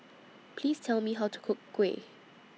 Please Tell Me How to Cook Kuih